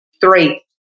Three